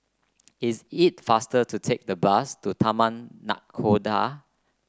is it faster to take the bus to Taman Nakhoda